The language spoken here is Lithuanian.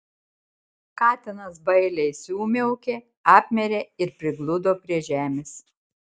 katinas bailiai sumiaukė apmirė ir prigludo prie žemės